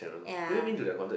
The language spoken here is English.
yeah